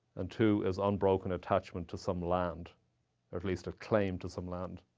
and two is unbroken attachment to some land or at least a claim to some land.